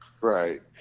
Right